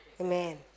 Amen